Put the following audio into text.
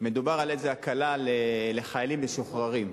על איזו הקלה לחיילים משוחררים,